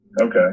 okay